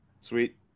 sweet